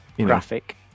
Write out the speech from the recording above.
Graphic